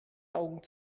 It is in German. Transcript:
augen